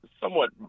somewhat